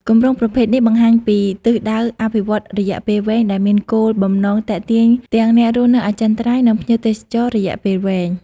គម្រោងប្រភេទនេះបង្ហាញពីទិសដៅអភិវឌ្ឍន៍រយៈពេលវែង ដែលមានគោលបំណងទាក់ទាញទាំងអ្នករស់នៅអចិន្ត្រៃយ៍ និងភ្ញៀវទេសចររយៈពេលវែង។